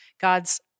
God's